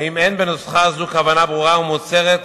האם אין בנוסחה זאת כוונה ברורה ומוצהרת